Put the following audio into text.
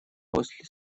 после